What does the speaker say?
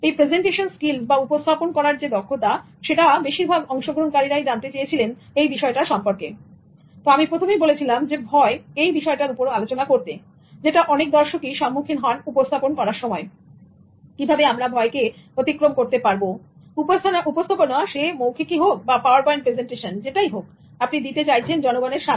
presentation skills সম্পর্কে কারণ বেশিরভাগ অংশগ্রহণকারী জানতে চেয়েছিলেন এই বিষয়টা সম্পর্কে সুতরাং আমি শুরু করেছিলাম "ভয়" এই বিষয়টার উপরে আলোচনা করতে যেটা অনেক দর্শকই সম্মুখীন হন উপস্থাপন করার সময় কিভাবে আমরা ভয় কে অতিক্রম করতে পারব উপস্থাপনা সে মৌখিকই হোক বা পাওয়ারপয়েন্ট প্রেজেন্টেশন যেটাই হোক আপনি দিতে চাইছেন জনগণের সামনে